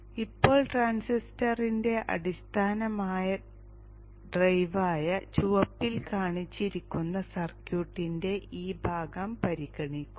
ഇപ്പോൾ ട്രാൻസിസ്റ്ററിന്റെ അടിസ്ഥാന ഡ്രൈവായ ചുവപ്പിൽ കാണിച്ചിരിക്കുന്ന സർക്യൂട്ടിന്റെ ഈ ഭാഗം പരിഗണിക്കുക